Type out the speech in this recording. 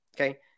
Okay